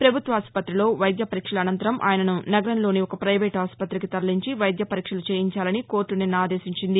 పభుత్వాసుపతిలో వైద్య పరీక్షల అనంతరం ఆయనను నగరంలోని ఒక పైవేట్ ఆస్పతికి తరలించి వైద్యపరీక్షలు చేయించాలని కోర్టు నిన్న ఆదేశించింది